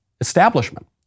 establishment